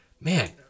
man